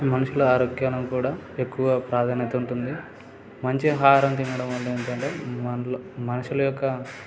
మనుషుల ఆరోగ్యాలను కూడా ఎక్కువ ప్రాధాన్యత ఉంటుంది మంచి ఆహారం తినడం వల్ల ఏంటంటే మనలో మనషుల యొక్క